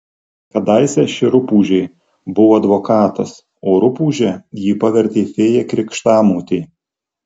kadaise ši rupūžė buvo advokatas o rupūže jį pavertė fėja krikštamotė